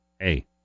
hey